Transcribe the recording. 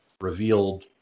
revealed